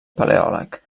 paleòleg